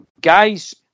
Guys